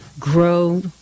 grow